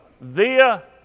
Via